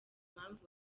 mpamvu